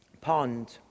pond